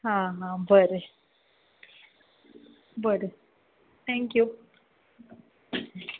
हां बरें बरें थँक्यू